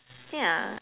yeah